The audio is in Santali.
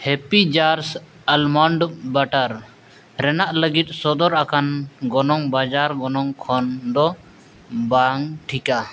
ᱦᱮᱯᱤᱡᱟᱨᱥ ᱟᱞᱢᱚᱱᱰ ᱵᱟᱴᱟᱨ ᱨᱮᱱᱟᱜ ᱞᱟᱹᱜᱤᱫ ᱥᱚᱫᱚᱨ ᱟᱠᱟᱱ ᱜᱚᱱᱚᱝ ᱵᱟᱡᱟᱨ ᱜᱚᱱᱚᱝ ᱠᱷᱚᱱ ᱫᱚ ᱵᱟᱝ ᱴᱷᱤᱠᱟ